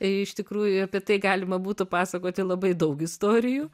iš tikrųjų apie tai galima būtų pasakoti labai daug istorijų